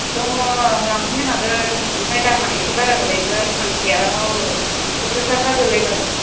दङ लांफैनो हागोन ओमफ्राय दामआ एसे बारा गोलैगोन फांसेआव सथुर थाखा गोलैगोन